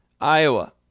Iowa